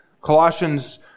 Colossians